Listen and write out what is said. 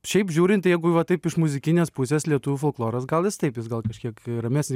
šiaip žiūrint jeigu va taip iš muzikinės pusės lietuvių folkloras gal jis taip jis gal kažkiek ramesni